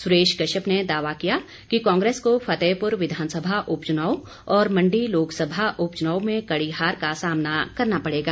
सुरेश कश्यप ने दावा किया कि कांग्रेस को फतेहपुर विधानसभा उपचुनाव और मंडी लोकसभा उपचुनाव में कड़ी हार का सामना करना पड़ेगा